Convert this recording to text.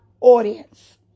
audience